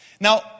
Now